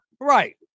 Right